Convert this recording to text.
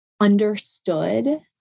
understood